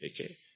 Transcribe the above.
Okay